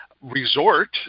resort